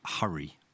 hurry